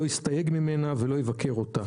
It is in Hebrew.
לא יסתייג ממנה ולא יבקר אותה.